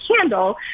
candle